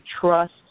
Trust